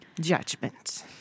judgment